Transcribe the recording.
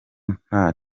nta